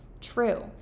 true